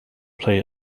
play